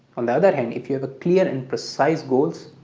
on the other hand if you have a clear and precise goals,